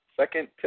second